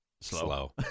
slow